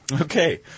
Okay